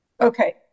Okay